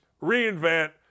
reinvent